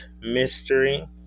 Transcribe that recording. mystery